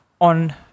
on